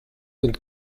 und